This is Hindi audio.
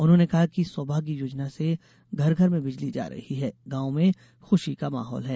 उन्होंने कहा कि सौभाग्य योजना से घर घर में बिजली जा रही है गांव में खुषी का माहौल है